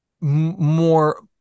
more